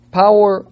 power